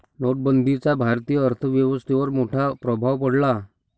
नोटबंदीचा भारतीय अर्थव्यवस्थेवर मोठा प्रभाव पडला